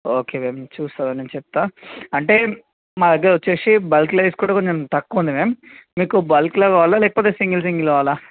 okay then చూస్తాను కానీ నేను చెప్తా అంటే మా దగ్గర వచ్చి బల్క్లో తీసుకుంటే కొంచం తక్కువ ఉంది మ్యామ్ మీకు బల్క్లో కావాలా లేకపోతే సింగల్ సింగల్ కావాలా